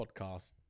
podcast